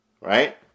Right